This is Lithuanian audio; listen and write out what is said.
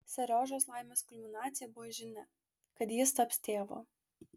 seriožos laimės kulminacija buvo žinia kad jis taps tėvu